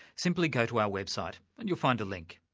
simply go to our website and you'll find a link.